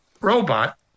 robot